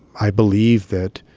i believe that